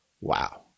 Wow